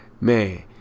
man